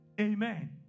Amen